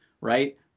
right